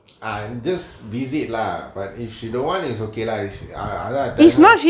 and just visit lah but if she don't want is okay lah is ah ah tell her